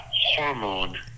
hormone